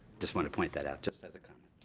just want to point that out just as a kind of